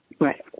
Right